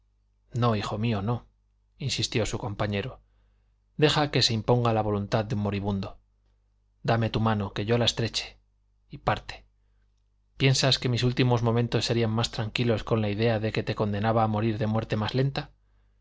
no hijo mío no insistió su compañero deja que se imponga la voluntad de un moribundo dame tu mano que yo la estreche y parte piensas que mis últimos momentos serían más tranquilos con la idea de que te condenaba a morir de muerte más lenta